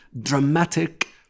dramatic